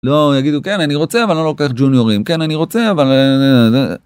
לא יגידו כן אני רוצה אבל לא לוקח ג'וניורים. כן אני רוצה, אבל.